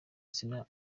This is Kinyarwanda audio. izina